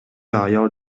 аял